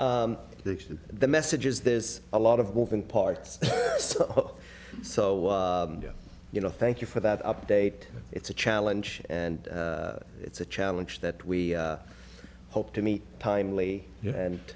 for the messages there's a lot of moving parts so you know thank you for that update it's a challenge and it's a challenge that we hope to meet timely and